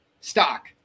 stock